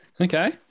Okay